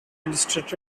illustrated